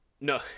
No